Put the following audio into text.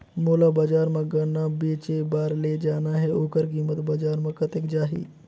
मोला बजार मां गन्ना बेचे बार ले जाना हे ओकर कीमत बजार मां कतेक जाही?